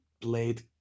played